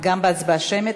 גם בהצבעה שמית?